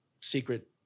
secret